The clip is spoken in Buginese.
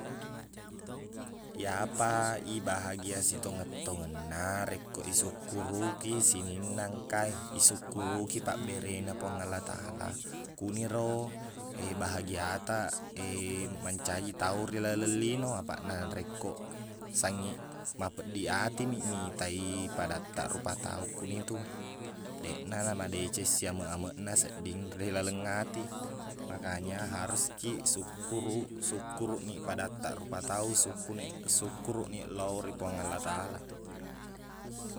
Iyapa ibahagia sitongeng-tongengna rekko isukkuruki sininna engka e isukkuruki pabberenna puang allah ta allah kuniro bahagiataq mancaji tau ri laleng lino apaqna rekko sangiq mapeddi atimi mitai padatta rupa tau kunitu deqna namadeceng siameq-ameqna sedding ri laleng ati makanya haruskiq sukkuruq sukkuruqmiq padatta rupa tau sukkuqni- sukkuruqniq lao ri puang allah ta allah